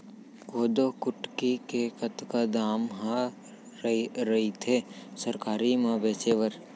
कोदो कुटकी के कतका दाम ह रइथे सरकारी म बेचे बर?